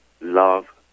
love